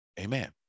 Amen